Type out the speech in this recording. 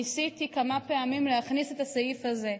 ניסיתי כמה פעמים להכניס את הסעיף הזה,